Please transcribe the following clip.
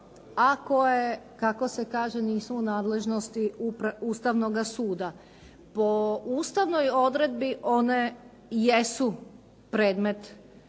a koje kako se kaže nisu u nadležnosti Ustavnoga suda. Po ustavnoj odredbi one jesu predmet